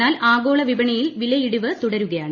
എന്നാൽ ആഗോള വിപണിയിൽ വിലയിടിവ് തുടരുകയാണ്